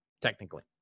technically